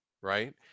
right